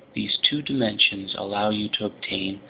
these two dimensions allow you to obtain,